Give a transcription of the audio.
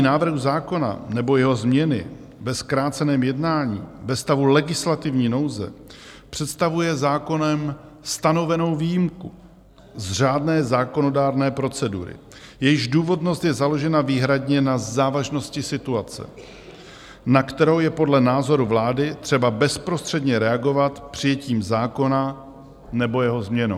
Projednání návrhu zákona nebo jeho změny ve zkráceném jednání ve stavu legislativní nouze představuje zákonem stanovenou výjimku z řádné zákonodárné procedury, jejíž důvodnost je založena výhradně na závažnosti situace, na kterou je podle názoru vlády třeba bezprostředně reagovat přijetím zákona nebo jeho změnou.